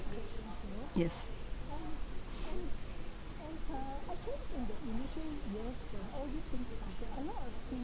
yes